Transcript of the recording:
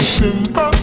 simple